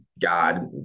God